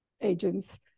agents